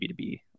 B2B